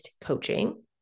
coaching